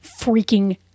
freaking